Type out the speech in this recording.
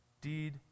deed